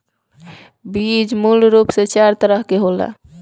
बीज मूल रूप से चार तरह के होला